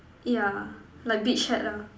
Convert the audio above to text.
yeah like beach hat lah